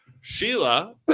Sheila